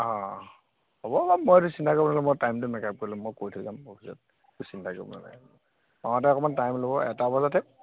হ'ব বাৰু মই সেইটো চিন্তা কৰিব নালাগে মই টাইমটো মেকাপ কৰি ল'ম মই কৈ যাম অফিচত আহোঁতে সেইটো চিন্তা কৰিব নালাগে পাওঁতে অকণমান টাইম ল'ব এটা বজাতহে